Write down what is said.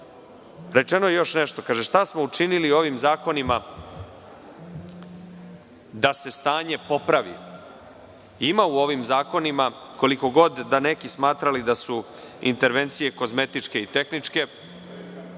je još nešto. Kaže – šta smo učinili ovim zakonima da se stanje popravi? Ima u ovim zakonima, koliko god neki smatrali da su intervencije kozmetičke i tehničke,